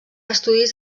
estudis